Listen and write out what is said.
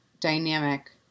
dynamic